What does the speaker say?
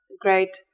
Great